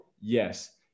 Yes